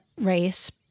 race